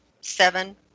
seven